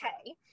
okay